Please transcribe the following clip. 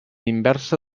inversa